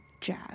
jazz